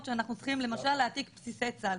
שאנחנו צריכים למשל להעתיק בסיסי צה"ל.